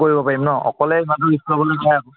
কৰিব পাৰিম ন অকলে ইমানটো ৰিস্ক ল'বলৈ নাই আৰু